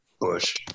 Bush